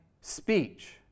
speech